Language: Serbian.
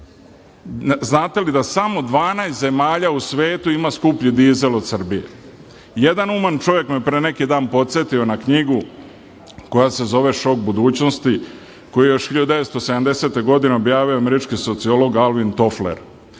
Znate li da samo 12 zemalja u svetu ima skuplji dizel od Srbije? Jedan uman čovek me je pre neki dan podsetio na knjigu koja se zove „Šok budućnosti“, koju je još 1970. godine objavio američki sociolog Alvin Tofler.